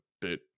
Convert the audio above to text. bit